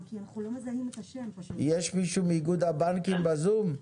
יש מישהו מאיגוד הבנקים בזום?